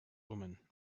woman